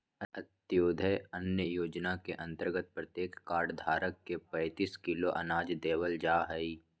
अंत्योदय अन्न योजना के अंतर्गत प्रत्येक कार्ड धारक के पैंतीस किलो अनाज देवल जाहई